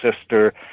sister